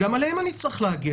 גם עליהם אני צריך להגן.